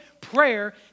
prayer